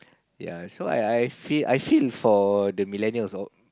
ya so I I feel I feel for the millennials all